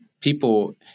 people